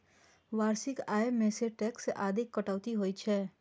वार्षिक आय मे सं टैक्स आदिक कटौती होइ छै